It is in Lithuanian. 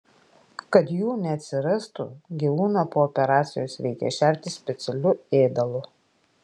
kad jų neatsirastų gyvūną po operacijos reikia šerti specialiu ėdalu